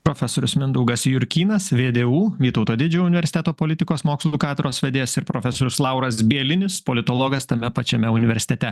profesorius mindaugas jurkynas vdu vytauto didžiojo universiteto politikos mokslų katedros vedėjas ir profesorius lauras bielinis politologas tame pačiame universitete